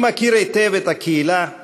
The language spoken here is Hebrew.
אני מכיר היטב את הקהילה.